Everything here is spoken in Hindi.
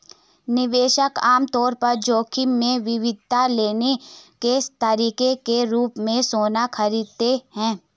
निवेशक आम तौर पर जोखिम में विविधता लाने के तरीके के रूप में सोना खरीदते हैं